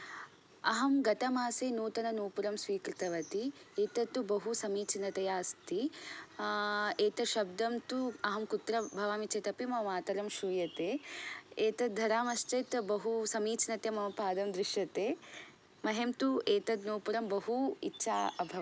अहं गतमासे नूतननूपुरं स्वीकृतवती एतत्तु बहु समीचिनतया अस्ति एतत् शब्दं तु अहं कुत्र भवामि चेतपि मम मातरं श्रूयते एतत् धरामश्चेत् तु बहु समीचिनतया मम पादं दृश्यते मह्यं तु एतत् नूपुरं बहु इच्छा अभवत्